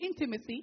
intimacy